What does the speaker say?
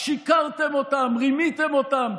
שיקרתם אותם, רימיתם אותם.